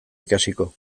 ikasiko